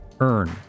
earn